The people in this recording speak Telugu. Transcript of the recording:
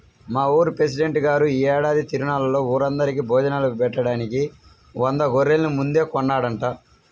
మా ఊరి పెసిడెంట్ గారు యీ ఏడాది తిరునాళ్ళలో ఊరందరికీ భోజనాలు బెట్టడానికి వంద గొర్రెల్ని ముందే కొన్నాడంట